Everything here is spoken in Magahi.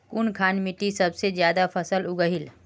कुनखान मिट्टी सबसे ज्यादा फसल उगहिल?